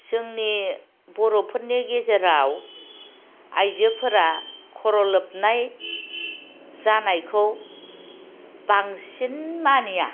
जोंनि बर'फोरनि गेजेराव आइजोफोरा खर' लोबनाय जानायखौ बांसिन मानिया